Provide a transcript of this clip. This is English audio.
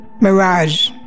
mirage